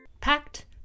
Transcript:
Packed